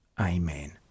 Amen